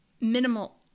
minimal